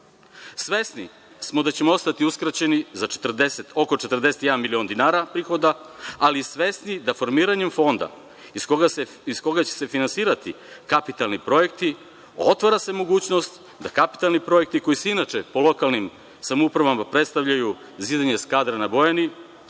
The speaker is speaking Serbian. Svesni smo da ćemo ostati uskraćeni za oko 41 milion dinara prihoda, ali smo svesni i da se formiranjem fonda, iz koga će se finansirati kapitalni projekti, otvara mogućnost da se kapitalni projekti, koji inače po lokalnim samoupravama predstavljaju zidanje Skadra na Bojani,